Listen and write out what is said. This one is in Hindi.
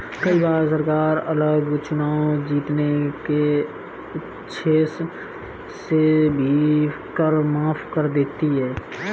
कई बार सरकार अगला चुनाव जीतने के उद्देश्य से भी कर माफ कर देती है